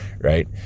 right